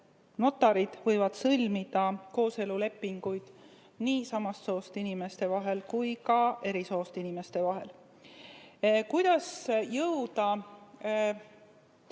Notarid võivad ju sõlmida kooselulepinguid nii samast soost inimeste vahel kui ka eri soost inimeste vahel. Kuidas jõuda